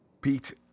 pete